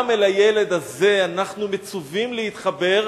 גם אל הילד הזה אנחנו מצווים להתחבר,